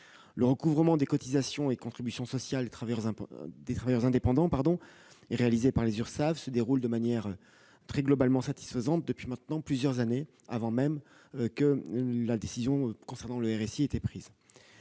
Le recouvrement des cotisations et contributions sociales des travailleurs indépendants, réalisé par les URSSAF, se déroule de manière globalement satisfaisante depuis maintenant plusieurs années, avant même que la décision concernant le RSI ait été prise.